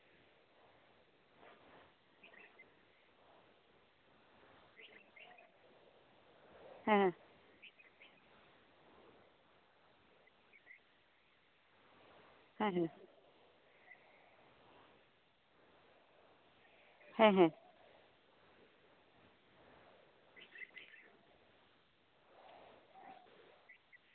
ᱦᱮᱸ ᱦᱮᱸ ᱦᱮᱸ ᱦᱮᱸ ᱦᱮᱸ ᱦᱮᱸ